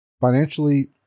financially